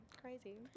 crazy